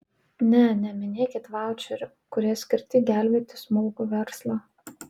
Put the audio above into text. ne neminėkit vaučerių kurie skirti gelbėti smulkų verslą